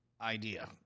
idea